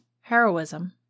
heroism